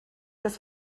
das